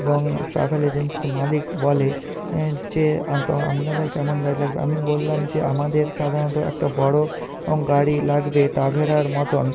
এবং ট্রাভেল এজেন্সির মালিক বলে যে আপনাদের কেমন গাড়ি লাগবে আমি বললাম যে আমাদের সাধারণত একটা বড়ো এবং গাড়ি লাগবে ট্রাভেরার মতোন